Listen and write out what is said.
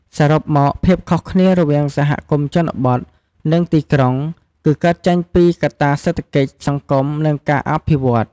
សរុបមក ភាពខុសគ្នារវាងសហគមន៍ជនបទ និងទីក្រុង គឺកើតចេញពីកត្តាសេដ្ឋកិច្ច សង្គម និងការអភិវឌ្ឍន៍។